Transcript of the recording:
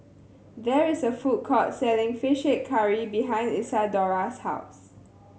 there is a food court selling Fish Head Curry behind Isadora's house